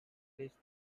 placed